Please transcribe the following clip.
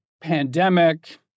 pandemic